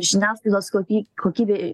žiniasklaidos kokį kokybė